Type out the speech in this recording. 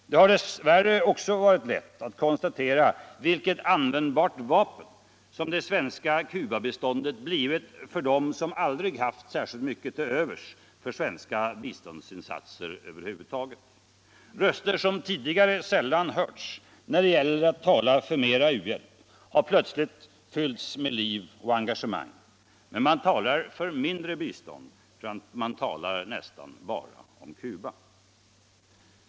Det har dess värre också varit lätt att konstatera vilket användbart vapen som det svenska Cubabiståndet blivit för dem som aldrig har haft särskilt mycket till övers för svenska biståndsinsatser över huvud taget. Röster som tidigare sällan hörts när det gällt att tala för mera u-hjälp har plötsligt fyllts av liv och engagemang. Men man talar för mindre bistånd, för man talar nästan bara om Cuba.